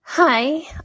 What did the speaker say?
Hi